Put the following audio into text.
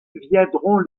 viendront